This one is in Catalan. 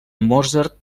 mozart